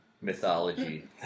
mythology